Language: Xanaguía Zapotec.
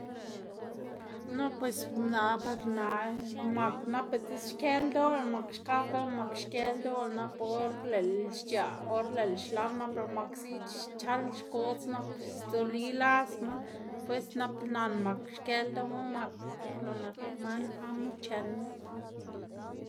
no pues naꞌ par naꞌ mak nap biꞌtse xkë ldoꞌlá mak xkakga lëꞌ mak xkë ldoꞌlá, nap or lëꞌlá xc̲h̲aꞌ, or lëꞌlá xlan nap lëꞌ mak ziꞌd xchal xkodz, nap sdzuli lasma pues nap nan mak xkë ldoꞌma mak lo nak man amo chenma.